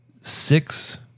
six